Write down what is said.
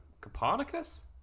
Copernicus